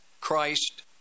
Christ